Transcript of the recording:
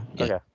okay